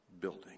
building